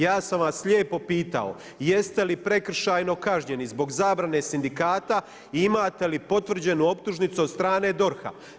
Ja sam vas lijepo pitao jeste li prekršajno kažnjeni zbog zabrane sindikata i imate li potvrđenu optužnicu od strane DORH-a.